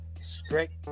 strict